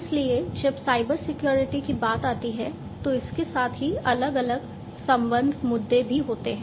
इसलिए जब cyber security की बात आती है तो इसके साथ ही अलग अलग संबद्ध मुद्दे भी होते हैं